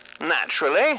Naturally